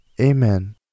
amen